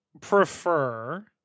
prefer